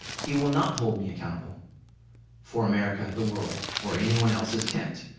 he will not hold me accountable for america, the world or anyone else's tent,